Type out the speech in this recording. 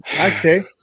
okay